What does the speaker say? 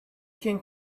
can